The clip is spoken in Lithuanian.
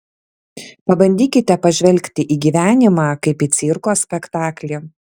pabandykite pažvelgti į gyvenimą kaip į cirko spektaklį